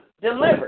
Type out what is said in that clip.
delivered